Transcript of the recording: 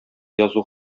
язу